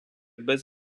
без